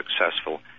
successful